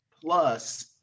Plus